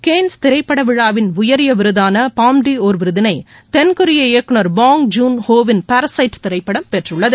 Cannes திரைப்படவிழாவின் உயரிய விருதான பாம் டி ஓர் விருதினை தென்கொரிய இயக்குநர் பாங்க் ஜுன் ஹோ வின் பாரசைட் திரைப்படம் வென்றுள்ளது